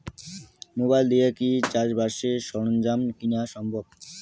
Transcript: Mobile দিয়া কি চাষবাসের সরঞ্জাম কিনা সম্ভব?